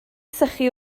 sychu